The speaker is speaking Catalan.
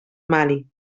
mali